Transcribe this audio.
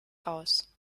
aus